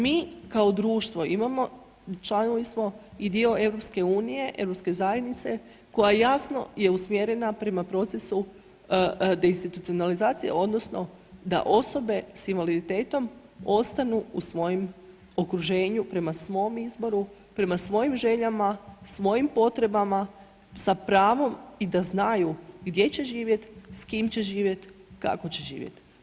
Mi kao društvo imamo, članovi smo i dio EU, Europske zajednice koja jasno je usmjerena prema procesu deinstitucionalizacije odnosno da osobe s invaliditetom ostanu u svojem okruženju, prema svom izboru, prema svojim željama, svojim potrebama sa pravom i da znaju gdje će živjeti, s kime će živjeti, kako će živjeti.